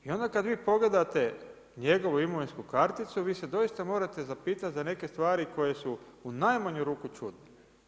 I onda kada vi pogledate njegovu imovinsku karticu vi se doista morate zapitati za neke stvari koje su u najmanju ruku čudne.